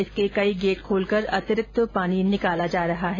इसके कई गेट खोलकर अतिरिक्त पानी की निकासी की जा रही है